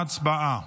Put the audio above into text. הצבעה.